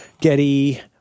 Getty